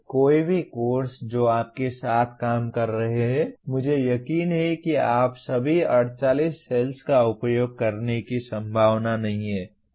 कोई भी कोर्स जो आप के साथ काम कर रहे हैं मुझे यकीन है कि आप सभी 48 सेल्स का उपयोग करने की संभावना नहीं है